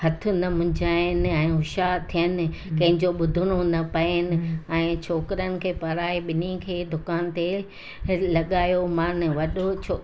हथु न मुंझाइनि ऐं हुशयार थियनि कंहिंजो ॿुधणो न पएनि ऐं छोकिरनि खे पढ़ाए ॿिनि खे दुकान ते लॻायो मान वॾो छो